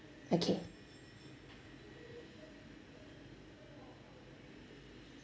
okay